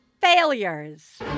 Failures